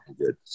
good